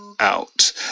out